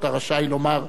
אתה רשאי לומר,